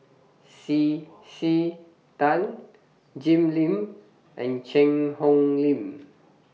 C C Tan Jim Lim and Cheang Hong Lim